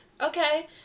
okay